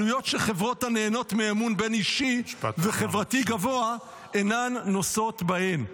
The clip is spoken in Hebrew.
עלויות שחברות הנהנות מאמון בין-אישי וחברתי גבוה אינן נושאות בהן.